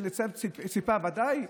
ודאי,